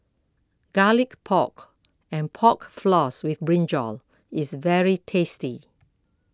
Garlic Pork and Pork Floss with Brinjal is very tasty